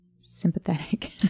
sympathetic